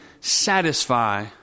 satisfy